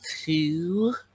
two